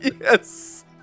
yes